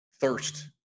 thirst